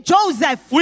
Joseph